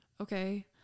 okay